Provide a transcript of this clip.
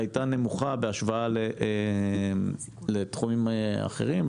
היתה נמוכה בהשוואה לתחומים אחרים.